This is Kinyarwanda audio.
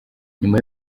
nyuma